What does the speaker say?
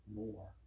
more